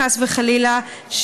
חס וחלילה,